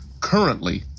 Currently